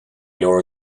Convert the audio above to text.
leor